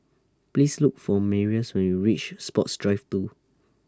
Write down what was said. Please Look For Marius when YOU REACH Sports Drive two